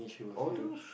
although